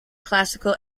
classical